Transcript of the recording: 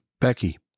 Becky